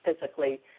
physically